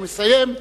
ומסיים,